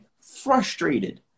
frustrated